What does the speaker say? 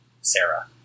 Sarah